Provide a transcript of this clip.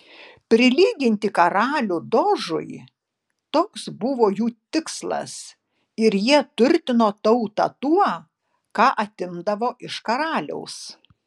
prilyginti karalių dožui toks buvo jų tikslas ir jie turtino tautą tuo ką atimdavo iš karaliaus